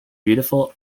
beautiful